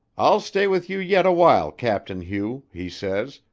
i'll stay with you yet a while, captain hugh he says,